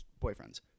boyfriends